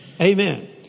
Amen